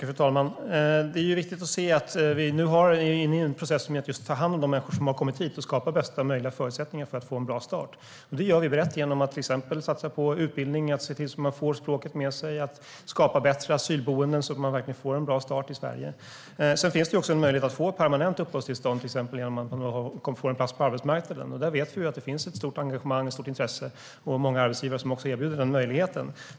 Fru talman! Det är viktigt att se att vi just nu är inne i en process för att ta hand om de människor som har kommit hit och skapa bästa möjliga förutsättningar för att de ska få en bra start. Det gör vi brett genom att till exempel satsa på utbildning, se till att människor får språket med sig och skapa bättre asylboenden så att de verkligen får en bra start i Sverige. Det finns också en möjlighet att få ett permanent uppehållstillstånd till exempel genom att få en plats på arbetsmarknaden. Där vet vi att det finns ett stort engagemang och stort intresse och att många arbetsgivare också erbjuder den möjligheten.